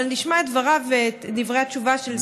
אבל נשמע את דבריו ואת דברי התשובה של סגן השר.